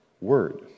word